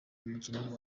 umukinyi